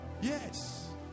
yes